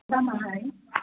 दामाहाय